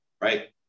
right